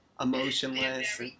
emotionless